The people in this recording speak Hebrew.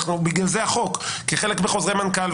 בגלל זה החוק, כי חלק בחוזרי מנכ"ל.